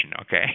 okay